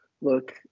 look –